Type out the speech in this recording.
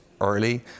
early